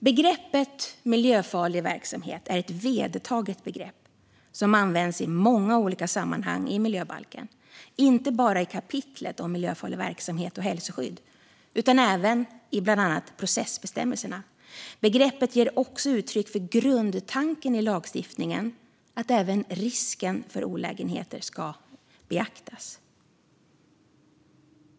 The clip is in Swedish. Begreppet miljöfarlig verksamhet är ett vedertaget begrepp som används i många olika sammanhang i miljöbalken, inte bara i kapitlet om miljöfarlig verksamhet och hälsoskydd utan även i bland annat processbestämmelserna. Begreppet ger också uttryck för grundtanken i lagstiftningen: att även risken för olägenheter ska beaktas.